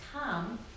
come